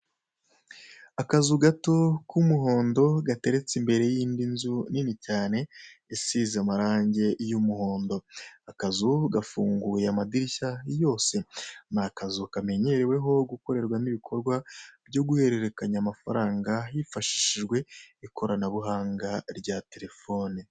Akazu gato k'umuhondo, gateretse imbere y'indi nzu nini cyane, isize amarange y'umuhondo. Akazu gafunguye amadirishya yose. Ni akazu kamenyereweho gukorerwamo ibikorwa byo guhererekanya amafaranga, hifashishijwe ikoranabuhanga rya telefone.